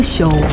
Show